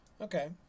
Okay